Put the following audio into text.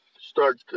start